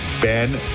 Ben